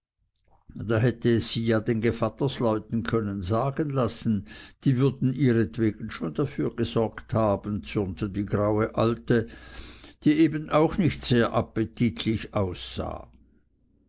da hätte sie es ja den gevattersleuten können sagen lassen die würden ihretwegen schon dafür gesorgt haben zürnte die graue alte die eben auch nicht sehr appetitlich aussah